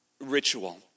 ritual